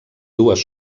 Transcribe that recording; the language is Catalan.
dues